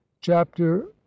chapter